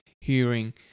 hearing